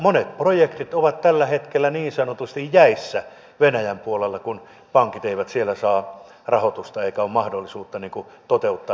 monet projektit ovat tällä hetkellä niin sanotusti jäissä venäjän puolella kun pankit eivät siellä saa rahoitusta eikä ole mahdollisuutta toteuttaa näitä hankkeita